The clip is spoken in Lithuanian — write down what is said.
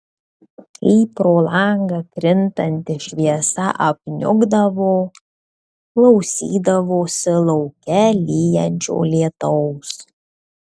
kai pro langą krintanti šviesa apniukdavo klausydavosi lauke lyjančio lietaus